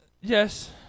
yes